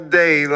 day